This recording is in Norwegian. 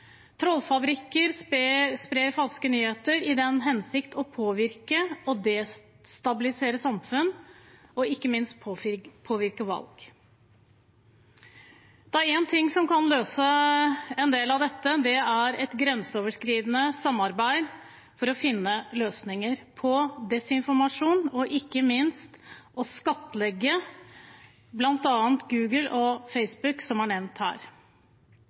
Trollfabrikker sprer falske nyheter i den hensikt å påvirke og destabilisere samfunn og ikke minst påvirke valg. Det er én ting som kan løse en del av dette, og det er grenseoverskridende samarbeid for å finne løsninger på desinformasjon og ikke minst å skattlegge bl.a. Google og Facebook, som er nevnt